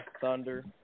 Thunder